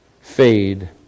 fade